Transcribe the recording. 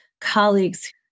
colleagues